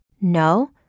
No